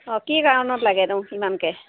অঁ কি কাৰণত লাগেনো ইমানকৈ